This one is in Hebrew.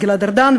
גלעד ארדן,